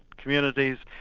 communities,